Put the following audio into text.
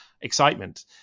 excitement